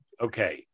Okay